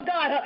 God